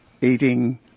eating